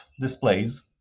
displays